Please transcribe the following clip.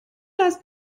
das